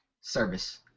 Service